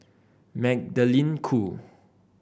Magdalene Khoo